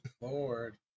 lord